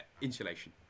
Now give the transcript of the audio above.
insulation